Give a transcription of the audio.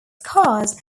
cars